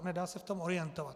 Nedá se v tom orientovat.